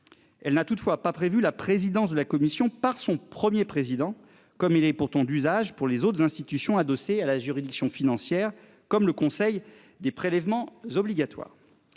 Elle n'a toutefois pas prévu la présidence de la commission par son 1er président comme il est pourtant d'usage pour les autres institutions adossée à la juridiction financière comme le Conseil des prélèvements obligatoires.